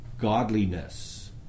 godliness